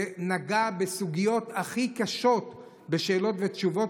הוא נגע בסוגיות הכי קשות בשאלות ותשובות